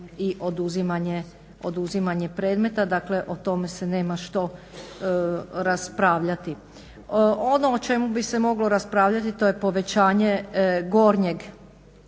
i oduzimanje predmeta, dakle o tome se nema što raspravljati. Ono o čemu bi se moglo raspravljati to je povećanje gornjeg